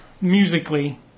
musically